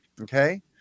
Okay